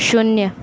शून्य